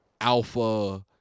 alpha